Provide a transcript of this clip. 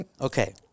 okay